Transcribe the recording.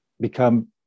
become